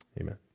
amen